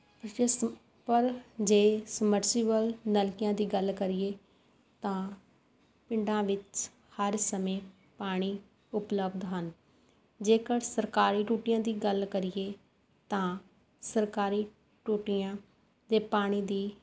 simple ਜੇ submersible ਨਲਕਿਆਂ ਦੀ ਗੱਲ ਕਰੀਏ ਤਾਂ ਪਿੰਡਾਂ ਵਿੱਚ ਹਰ ਸਮੇਂ ਪਾਣੀ ਉਪਲੱਬਧ ਹਨ ਜੇਕਰ ਸਰਕਾਰੀ ਟੂਟੀਆਂ ਦੀ ਗੱਲ ਕਰੀਏ ਤਾਂ ਸਰਕਾਰੀ ਟੂਟੀਆਂ ਦੇ ਪਾਣੀ ਦੀ